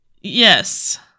Yes